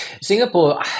Singapore